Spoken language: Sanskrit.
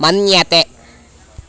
मन्यते